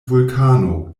vulkano